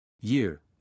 Year